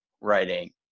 writing